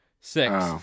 Six